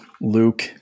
Luke